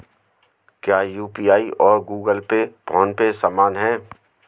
क्या यू.पी.आई और Google Pay PhonePe समान हैं?